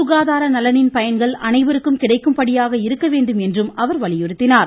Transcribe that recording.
சுகாதார நலனின் பயன்கள் அனைவருக்கும் கிடைக்கும்படியாக இருக்க வேண்டும் என்று அவர் வலியுறுத்தினார்